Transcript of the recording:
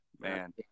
man